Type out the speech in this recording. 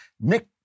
Nick